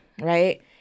right